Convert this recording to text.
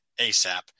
ASAP